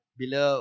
bila